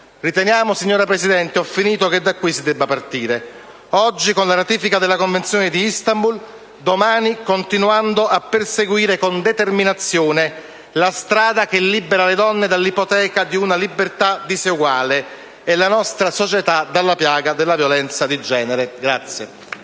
antiviolenza. Signora Presidente, riteniamo che da qui si debba partire: oggi con la ratifica della Convenzione di Istanbul, domani continuando a perseguire con determinazione la strada che libera le donne dall'ipoteca di una libertà diseguale e la nostra società dalla piaga della violenza di genere.